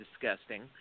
disgusting